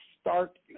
start